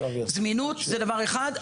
זמינות זה דבר אחד,